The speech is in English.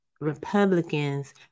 Republicans